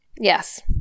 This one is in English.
Yes